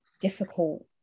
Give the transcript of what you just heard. difficult